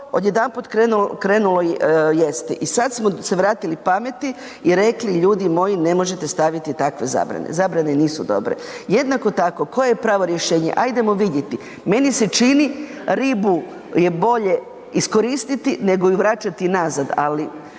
odjedanput krenulo jesti i sad smo se vratili pameti i rekli ljudi moji, ne možete staviti takve zabrane, zabrane nisu dobre. Jednako tako, koje je pravo rješenje, ajdemo vidjeti. Meni se čini ribu je bolje iskoristiti nego ju vraćati nazad